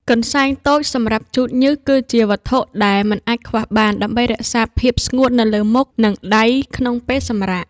កន្សែងតូចសម្រាប់ជូតញើស គឺជាវត្ថុដែលមិនអាចខ្វះបាន ដើម្បីរក្សាភាពស្ងួតនៅលើមុខ និងដៃក្នុងពេលសម្រាក។